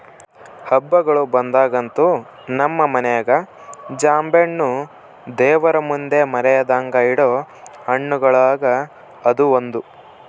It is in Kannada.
ಹಬ್ಬಗಳು ಬಂದಾಗಂತೂ ನಮ್ಮ ಮನೆಗ ಜಾಂಬೆಣ್ಣು ದೇವರಮುಂದೆ ಮರೆದಂಗ ಇಡೊ ಹಣ್ಣುಗಳುಗ ಅದು ಒಂದು